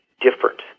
different